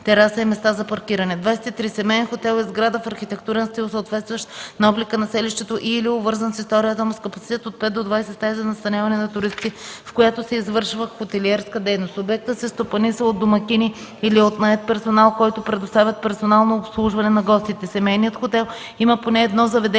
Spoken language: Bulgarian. тераса и места за паркиране.